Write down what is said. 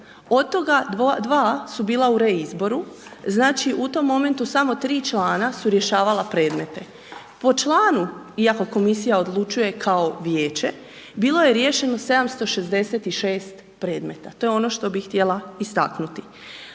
Od toga 2 su bila u reizboru, znači u tom momentu samo 3 člana su rješavala predmete. Po članu, iako komisija odlučuje kao vijeće, bilo je riješeno 766 predmeta. To je ono što bih htjela istaknuti.